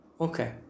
okay